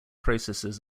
processes